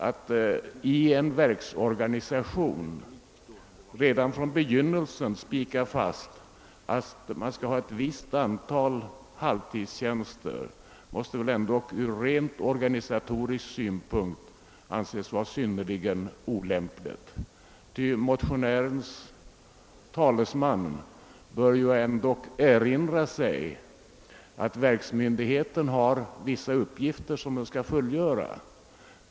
Att i en verksorganisation redan från begynnelsen spika fast att det skall vara ett visst antal halvtidstjänster måste väl ändå från rent organisatorisk synpunkt anses synnerligen olämpligt. Reservanternas talesman bör tänka på att verksmyndigheten har vissa uppgifter som den skall fullgöra.